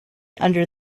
under